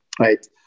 Right